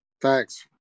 Thanks